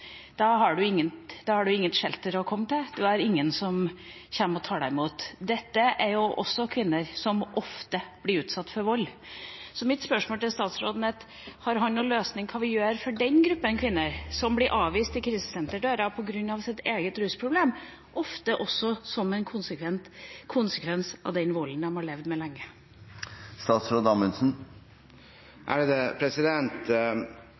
Da har du ikke noe «shelter» å komme til, du har ingen som kommer og tar deg imot. Dette er jo kvinner som ofte blir utsatt for vold. Så mitt spørsmål er: Har statsråden noen løsning på hva vi gjør for den gruppen kvinner som blir avvist i krisesenterdøra på grunn av sitt eget rusproblem – ofte som en konsekvens av den volden man har levd med